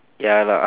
ya lah